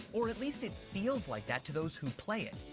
or at least it feels like that to those who play it.